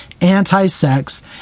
anti-sex